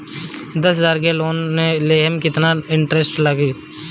दस हजार के लोन लेहम त कितना इनट्रेस कटी?